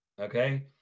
Okay